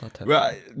Right